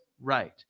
right